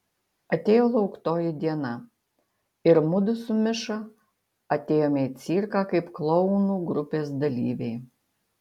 atėjo lauktoji diena ir mudu su miša atėjome į cirką kaip klounų grupės dalyviai